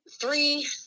three